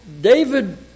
David